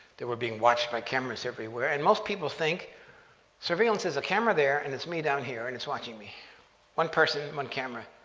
we're being watched by cameras everywhere, and most people think surveillance is a camera there, and it's me down here, and it's watching me one person, one camera.